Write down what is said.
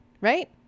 right